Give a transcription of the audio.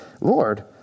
Lord